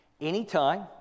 Anytime